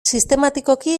sistematikoki